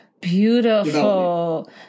Beautiful